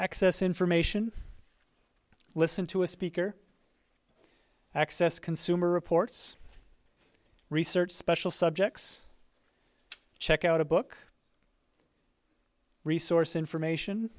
access information listen to a speaker access consumer reports research special subjects check out a book resource information